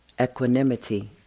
equanimity